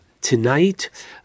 tonight